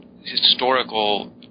historical